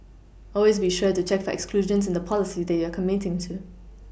always be sure to check for exclusions in the policy that you are committing to